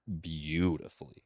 beautifully